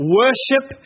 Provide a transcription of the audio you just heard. worship